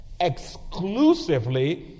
exclusively